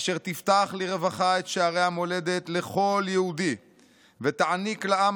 אשר תפתח לרווחה את שערי המולדת לכל יהודי ותעניק לעם